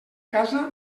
casa